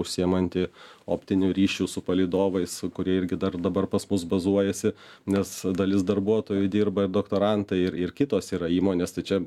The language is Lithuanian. užsiėmanti optiniu ryšiu su palydovais kurie irgi dar dabar pas mus bazuojasi nes dalis darbuotojų dirba doktorantai ir ir kitos yra įmonės tai čia